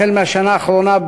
החל מהשנה האחרונה,